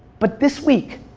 but this week,